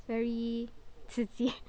very 刺激